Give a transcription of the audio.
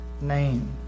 name